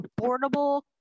affordable